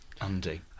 Andy